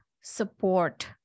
support